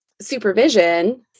supervision